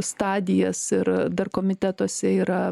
stadijas ir dar komitetuose yra